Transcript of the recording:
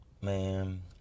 man